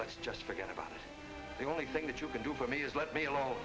let's just forget about the only thing that you can do for me is let me alone